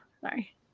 sorry